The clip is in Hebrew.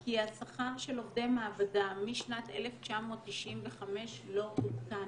כי השכר של עובדי מעבדה משנת 1995 לא עודכן,